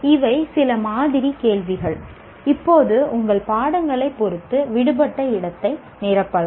இவை சில மாதிரி கேள்விகள் இப்போது உங்கள் பாடங்களைப் பொறுத்து விடுபட்ட இடத்தை நிரப்பலாம்